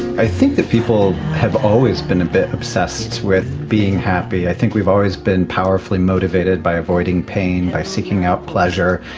i think that people have always been a bit obsessed with being happy. i think we've always been powerfully motivated by avoiding pain, by seeking out pleasure.